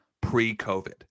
pre-covid